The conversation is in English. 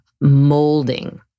molding